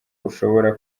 ushobora